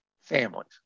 families